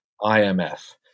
IMF